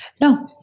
no,